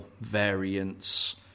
variants